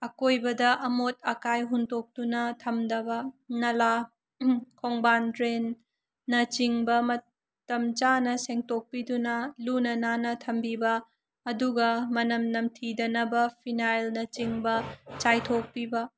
ꯑꯀꯣꯏꯕꯗ ꯑꯃꯣꯠ ꯑꯀꯥꯏ ꯍꯨꯟꯇꯣꯛꯇꯨꯅ ꯊꯝꯗꯕ ꯅꯂꯥ ꯈꯣꯡꯕꯥꯜ ꯗ꯭ꯔꯦꯟꯅ ꯆꯤꯡꯕ ꯃꯇꯝ ꯆꯥꯅ ꯁꯦꯡꯗꯣꯛꯄꯤꯗꯨꯅ ꯂꯨꯅ ꯅꯥꯟꯅ ꯊꯝꯕꯤꯕ ꯑꯗꯨꯒ ꯃꯅꯝ ꯅꯝꯊꯤꯗꯅꯕ ꯐꯤꯅꯥꯏꯜꯅ ꯆꯤꯡꯕ ꯆꯥꯏꯊꯣꯛꯄꯤꯕ